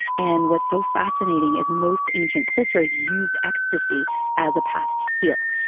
and what's so fascinating is most ancient cultures used ecstasy as a path to heal.